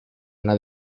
una